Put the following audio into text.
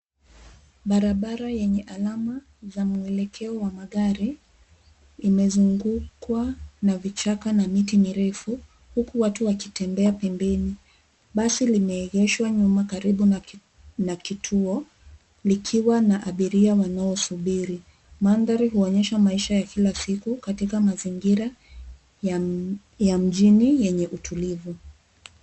Barabara yenye alama za mwelekeo wa magari, imezungukwa na vichaka na miti mirefu huku watu wakitembea pembeni .Basi limeegeshwa nyuma karibu na kituo likiwa na abiria wanaosafiri .Mandhari huonyesha mazingira ya kila siku katika mazingira ya mjini yenye utulivu.